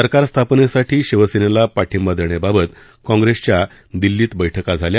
सरकार स्थापनेसाठी शिवसेनेला पाठिंबा देण्याबाबत काँग्रेसच्या दिल्लीत बैठका झाल्या